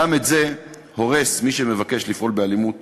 גם את זה הורס מי שמבקש לפעול באלימות